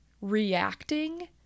reacting